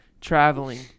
traveling